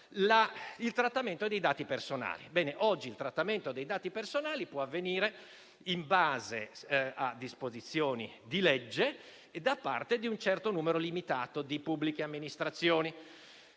del trattamento dei dati personali. Ebbene, oggi il trattamento dei dati personali può avvenire in base a disposizioni di legge e da parte di un certo numero limitato di pubbliche amministrazioni.